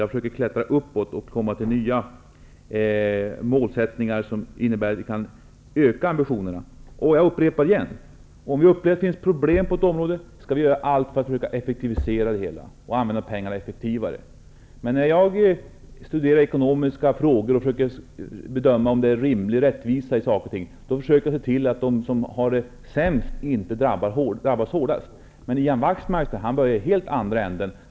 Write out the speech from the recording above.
Jag försöker klättra uppåt och komma fram till nya målsättningar som innebär att vi kan öka ambitionerna. Jag vill upprepa att om vi upplever att det finns problem på ett område skall vi göra allt för att försöka effektivisera det hela och använda pengarna effektivare. Men när jag studerar ekonomiska frågor och försöker bedöma om det är rimlig rättvisa i saker och ting, då försöker jag se till att de som har det sämst inte drabbas hårdast. Men Ian Wachtmeister börjar i en helt annan ände.